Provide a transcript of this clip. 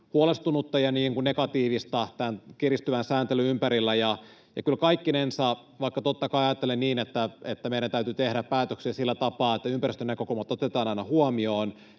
huolestunutta ja negatiivista tämän kiristyvän sääntelyn ympärillä, ja kyllä kaikkinensa, vaikka totta kai ajattelen niin, että meidän täytyy tehdä päätöksiä sillä tapaa, että ympäristönäkökulmat otetaan aina huomioon,